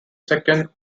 second